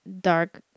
dark